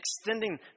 extending